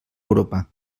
europa